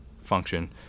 function